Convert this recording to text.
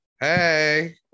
hey